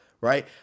right